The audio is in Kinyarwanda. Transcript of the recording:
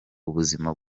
ubuzima